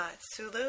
Sulu